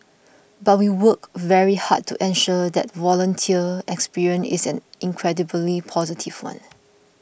but we work very hard to ensure that volunteer experience isn't incredibly positive one